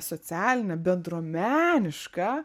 socialinę bendruomenišką